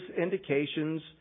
indications